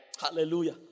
Hallelujah